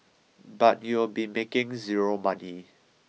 but you'll be making zero money